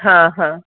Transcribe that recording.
ਹਾਂ ਹਾਂ